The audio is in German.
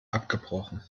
abgebrochen